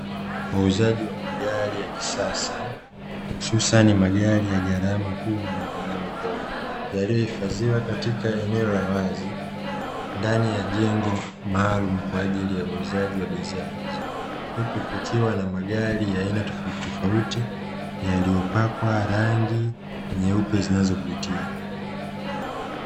Wauzaji wa magari ya kisasa hususani ya ghalama kubwa na ghalama ndogo, yaliyohifadhiwa katika eneo la wazi kwa ajili ya uuzaji wa bidhaa hizo. Huku kukiwa na magari ya aina tofautitofauti yaliyopakwa rangi nyeupe zinazovutia.